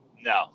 No